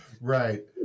Right